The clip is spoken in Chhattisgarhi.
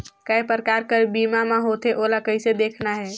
काय प्रकार कर बीमा मा होथे? ओला कइसे देखना है?